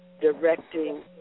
directing